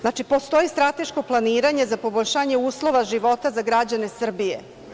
Znači, postoji strateško planiranje za poboljšanje uslova života za građane Srbije.